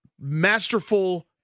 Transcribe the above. masterful